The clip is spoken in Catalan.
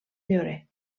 llorer